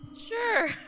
Sure